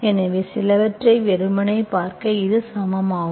எனவே சிலவற்றை வெறுமனே பெருக்க இது சமம் ஆகும்